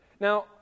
Now